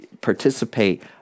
participate